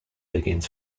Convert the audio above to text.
begins